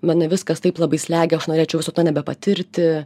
mane viskas taip labai slegia aš norėčiau viso to nebepatirti